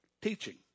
teaching